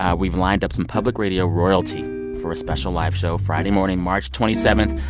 um we've lined up some public radio royalty for a special live show friday morning, march twenty seven.